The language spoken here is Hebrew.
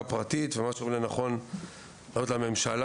פרטית וגם למה שרואים לנכון להעלות לממשלה.